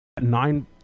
nine